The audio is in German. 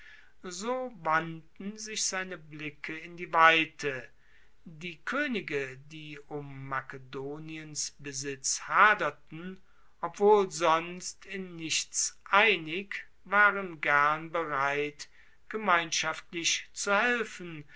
so wandten sich seine blicke in die weite die koenige die um makedoniens besitz haderten obwohl sonst in nichts einig waren gern bereit gemeinschaftlich zu helfen